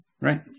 Right